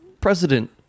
president